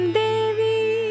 devi